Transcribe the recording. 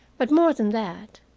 but, more than that,